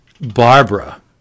Barbara